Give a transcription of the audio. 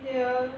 ya